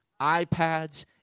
iPads